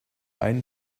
ein